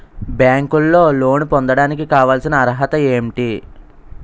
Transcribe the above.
బ్యాంకులో లోన్ పొందడానికి కావాల్సిన అర్హత ఏంటి?